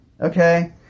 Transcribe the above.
okay